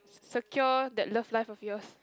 secure that love life of yours